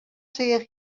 seach